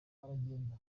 baragenda